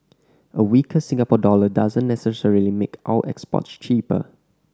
a weaker Singapore dollar doesn't necessarily make our exports cheaper